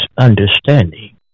understanding